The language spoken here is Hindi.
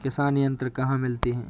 किसान यंत्र कहाँ मिलते हैं?